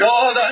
God